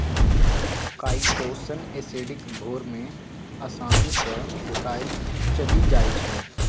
chitosan acidic घोर मे आसानी सँ घोराएल चलि जाइ छै